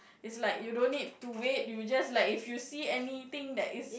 is like you don't need to wait you just like if you see anything that is